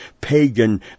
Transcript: pagan